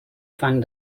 fang